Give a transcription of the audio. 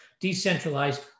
decentralized